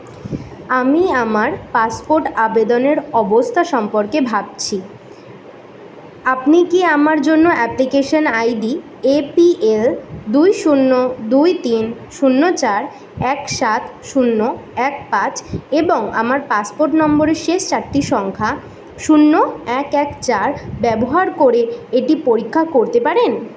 আমি আমার পাসপোর্ট আবেদনের অবস্থা সম্পর্কে ভাবছি আপনি কি আমার জন্য application I D A P L দুই শূন্য দুই তিন শূন্য চার এক সাত শূন্য এক পাঁচ এবং আমার পাসপোর্ট নম্বরের শেষ চারটি সংখ্যা শূন্য এক এক চার ব্যবহার করে এটি পরীক্ষা করতে পারেন